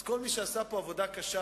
אז כל מי שעשה פה עבודה קשה,